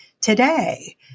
today